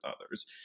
others